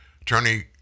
Attorney